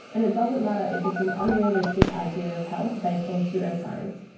and it doesn't matter if it's an unrealistic idea of health based on pseudoscience,